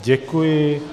Děkuji.